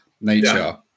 nature